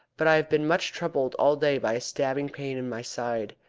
but i have been much troubled all day by a stabbing pain in my side.